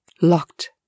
locked